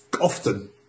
often